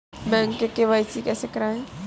Bank में KYC कैसे करायें?